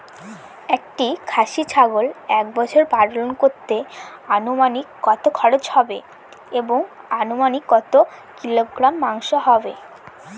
একটি খাসি ছাগল এক বছর পালন করতে অনুমানিক কত খরচ হবে এবং অনুমানিক কত কিলোগ্রাম মাংস হবে?